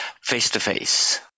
face-to-face